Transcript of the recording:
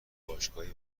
باشگاهی